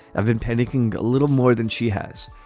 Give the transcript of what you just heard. i've been panicking a little more than she has,